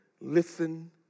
listen